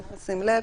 צריך לשים לב,